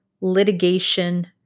litigation